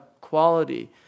quality